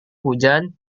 hujan